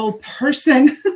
person